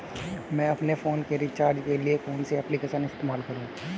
मैं अपने फोन के रिचार्ज के लिए कौन सी एप्लिकेशन इस्तेमाल करूँ?